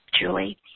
julie